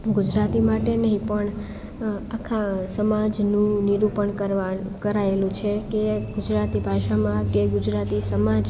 ગુજરાતી માટે નહી પણ આખા સમાજનું નિરૂપણ કરાયેલું છે કે ગુજરાતી ભાષામાં કે ગુજરાતી સમાજની